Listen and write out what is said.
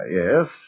yes